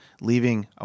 leaving